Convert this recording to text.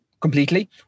completely